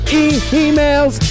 e-mails